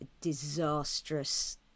disastrous